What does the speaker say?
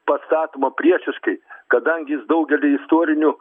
pastatoma priešiškai kadangi jis daugelį istorinių